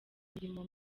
mirimo